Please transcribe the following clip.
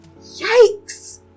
yikes